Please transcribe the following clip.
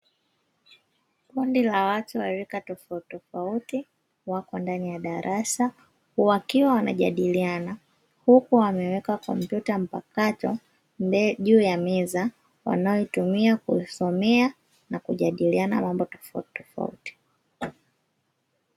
Kundi la watu wa rika tofautitofauti wapo ndani ya darasa wakiwa wanajadiliana huku wameweka kompyuta mpakato, juu ya meza wanayoitumia kuisomea na kujadiliana mambo tofautitofauti.